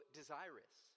desirous